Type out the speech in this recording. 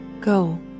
Go